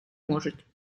можуть